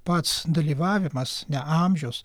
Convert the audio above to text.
pats dalyvavimas ne amžius